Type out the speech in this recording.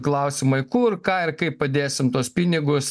klausimai kur ką ir kaip padėsim tuos pinigus